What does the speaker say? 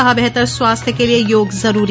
कहा बेहतर स्वास्थ्य के लिए योग जरूरी